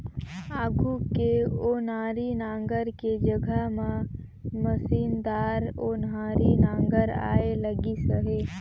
आघु के ओनारी नांगर के जघा म मसीनदार ओन्हारी नागर आए लगिस अहे